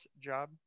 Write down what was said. job